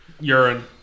Urine